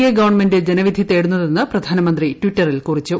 A government ജനവിധി തേടുന്നതെന്ന് പ്രധാനമന്ത്രി ട്ടിറ്ററിൽ കുറിച്ചു